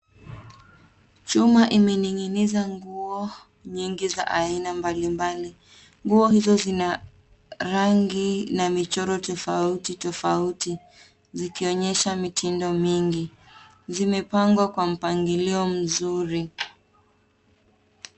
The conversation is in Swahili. Chuma imening'iniza nguo nyingi za aina mbalimbali, nguo hizo zina, rangi, na michoro tofauti tofauti, zikionyesha mitindo mingi, zimepangwa kwa mpangilio mzuri.